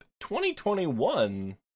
2021